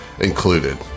included